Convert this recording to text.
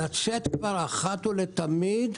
לצאת, אחת ולתמיד,